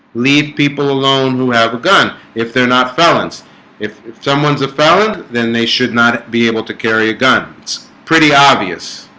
leave people alone who have a gun if they're not felons if someone's a felon then they should not be able to carry a guns pretty obvious